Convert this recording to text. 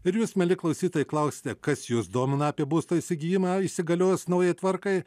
ir jūs mieli klausytojai klausite kas jus domina apie būsto įsigijimą įsigaliojus naujai tvarkai